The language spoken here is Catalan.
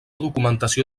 documentació